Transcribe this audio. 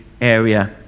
area